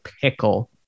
pickle